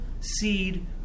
seed